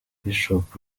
bishop